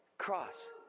cross